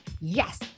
yes